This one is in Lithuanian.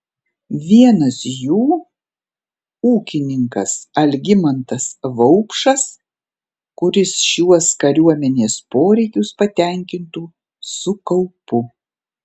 vienas jų ūkininkas algimantas vaupšas kuris šiuos kariuomenės poreikius patenkintų su kaupu